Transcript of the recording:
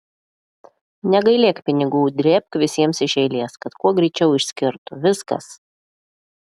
negailėk pinigų drėbk visiems iš eilės kad kuo greičiau išskirtų viskas